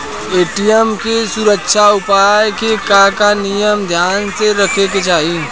ATM के सुरक्षा उपाय के का का नियम ध्यान में रखे के चाहीं?